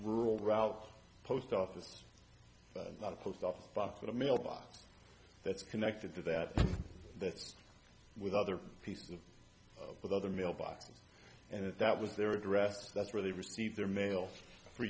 rural route post office just a post office box with a mailbox that's connected to that that's with other pieces with other mailboxes and if that was their address that's where they received their mail for